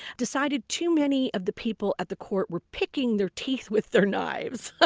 decided too many of the people at the court were picking their teeth with their knives. ah